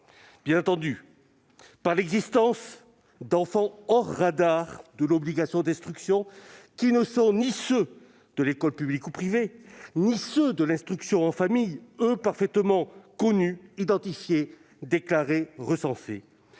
bien entendu à l'existence d'enfants « hors radars » de l'obligation d'instruction, qui ne sont ni ceux de l'école publique ou privée ni ceux de l'instruction en famille, lesquels sont parfaitement connus, identifiés, déclarés et recensés.